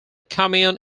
commune